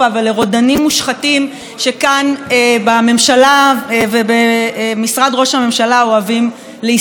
שכאן בממשלה ובמשרד ראש הממשלה אוהבים להסתופף בחיקם.